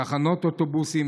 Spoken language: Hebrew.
תחנות אוטובוסים,